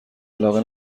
علاقه